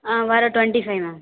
ஆ வர twenty five ma'am